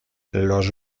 los